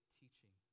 teaching